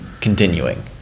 continuing